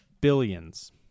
billions